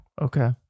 Okay